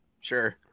Sure